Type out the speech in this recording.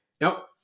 Nope